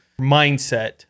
mindset